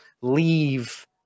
leave